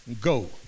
go